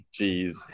Jeez